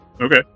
Okay